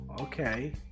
okay